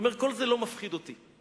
ואומר: כל זה לא מפחיד אותי,